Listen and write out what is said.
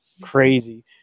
crazy